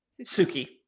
Suki